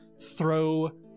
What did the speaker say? throw